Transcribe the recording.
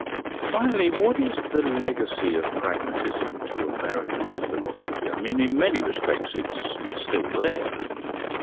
finally, what is the legacy of pragmatism to american philosophy? i mean, in many respects it's it's still there, isn't it?